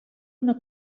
una